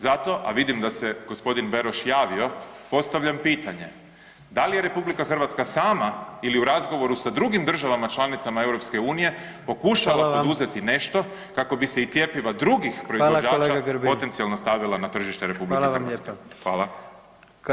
Zato, a vidim da se g. Beroš javio, postavljam pitanje, da li je RH sama ili u razgovoru s drugim državama članicama EU pokušala [[Upadica: Hvala vam.]] poduzeti nešto kako bi se i cjepiva drugih proizvođača [[Upadica: Hvala kolega Grbin.]] potencijalno stavila na tržište RH? [[Upadica: Hvala vam lijepa.]] Hvala.